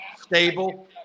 stable